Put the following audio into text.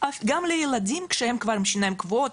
אך גם לילדים קצת בוגרים שהם כבר עם שיניים קבועות.